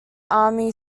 army